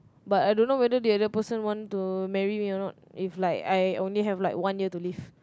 but I don't know whether the other person want to marry me or not if like I only have like one year to live